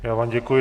Já vám děkuji.